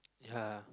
ya